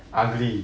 ugly